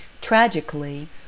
Tragically